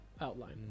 outline